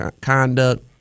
conduct